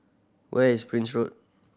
where is Prince Road